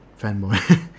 Fanboy